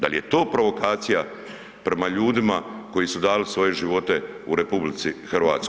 Dal je to provokacija prema ljudima koji su dali svoje živote u RH?